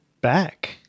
back